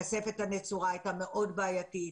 הכספת הנצורה הייתה מאוד בעייתית.